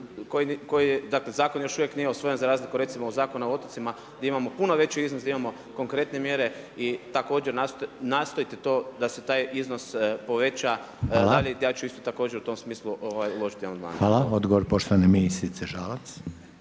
zakona, dakle zakon još uvijek nije usvojen za razliku od recimo Zakona o otocima di imamo puno veći iznos, di imamo konkretne mjere i također nastojte to da se taj iznos poveća radit, ja ću isto također, u tom smislu uložiti amandmane. **Reiner, Željko (HDZ)** Hvala.